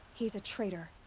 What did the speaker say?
he's a traitor.